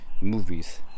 movies